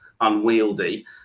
unwieldy